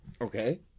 Okay